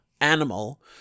animal